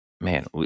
Man